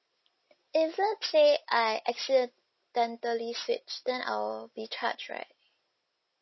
if let's say I switched then I'll be charged right